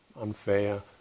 unfair